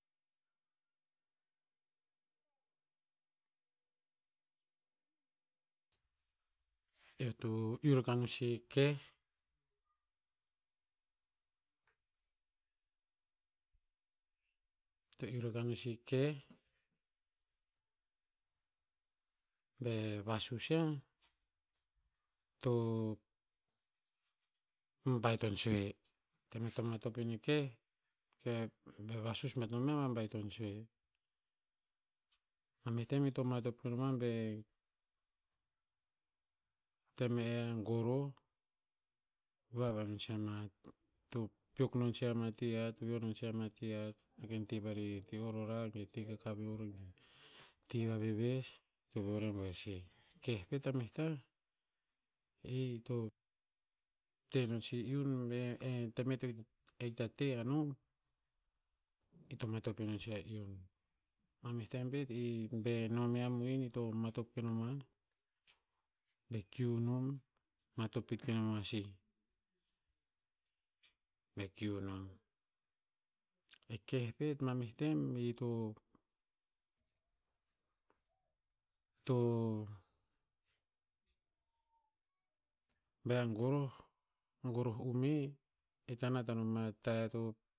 Eo to iu rakah no sih eh keh. To iu rakah no sih eh keh. Be vasus yiah, to, baiton sue. Tem e to matop ine keh, ke, be vasius bat nom yiah, babaiton sue. Ma meh tem ito matop ke no moah be, tem me eh a goroh, veo a vai inon ama, to peok non sih ama ti hat to veo non sih ama ti hat. Ma ken ti varih, ti orora ge ti kakaveor ge ti vaveves to veo rebuer sih. Keh pet a meh tah, ito, te non sih iun, be eh, tem e to hikta te anom, ito matop inon sih a iun. Ma meh tem pet i be no me yiah mohin ito matep ke no moah. Be kiu nom, matop pet ke no mao sih. Be kiunom. Eh keh pet ma meh tem ito, to bea gorah, goroh ume, e hikta nat anom a tah e toh.